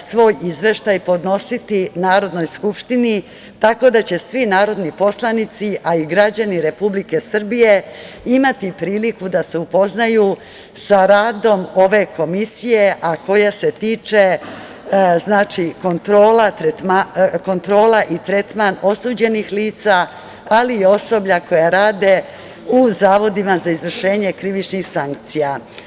svoj izveštaj podnositi Narodnoj skupštini, tako da će svi narodni poslanici, a i građani Republike Srbije imati priliku da se upoznaju sa radom ove Komisije, a koja se tiče kontrole i tretmana osuđenih lica, ali i osoblja koja rade u zavodima za izvršenje krivičnih sankcija.